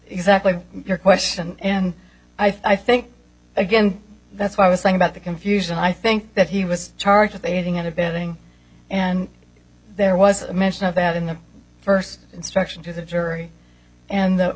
exactly your question and i think again that's what i was saying about the confusion i think that he was charged with aiding and abetting and there was a mention of that in the first instruction to the jury and the